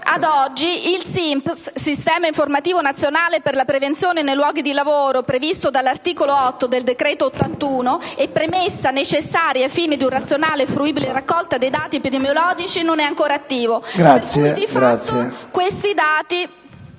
ad oggi il SINP, Sistema informativo nazionale per la prevenzione nei luoghi di lavoro previsto dall'articolo 8 del decreto legislativo n. 81 del 2008 e premessa necessaria ai fini di una razionale e fruibile raccolta di dati epidemiologici, non è ancora attivo. Per